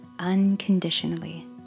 unconditionally